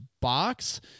box